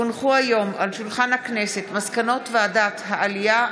כי הונחו היום על שולחן הכנסת מסקנות ועדת העלייה,